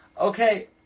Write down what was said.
Okay